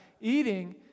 Eating